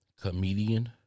comedian